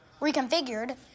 reconfigured